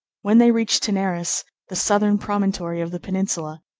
when they reached taenarus, the southern promontory of the peninsula,